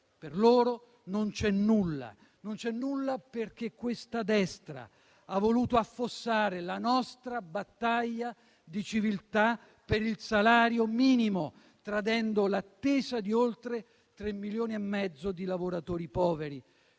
nulla. Non c'è nulla perché questa destra ha voluto affossare la nostra battaglia di civiltà per il salario minimo, tradendo l'attesa di oltre 3,5 milioni di lavoratori poveri.